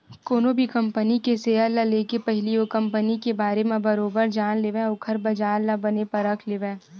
कोनो भी कंपनी के सेयर ल लेके पहिली ओ कंपनी के बारे म बरोबर जान लेवय ओखर बजार ल बने परख लेवय